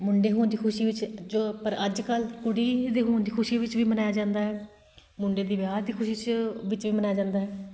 ਮੁੰਡੇ ਹੋਣ ਦੀ ਖੁਸ਼ੀ ਵਿੱਚ ਜੋ ਪਰ ਅੱਜ ਕੱਲ੍ਹ ਕੁੜੀ ਦੇ ਹੋਣ ਦੀ ਖੁਸ਼ੀ ਵਿੱਚ ਵੀ ਮਨਾਇਆ ਜਾਂਦਾ ਹੈ ਮੁੰਡੇ ਦੀ ਵਿਆਹ ਦੀ ਖੁਸ਼ੀ 'ਚ ਵਿੱਚ ਵੀ ਮਨਾਇਆ ਜਾਂਦਾ ਹੈ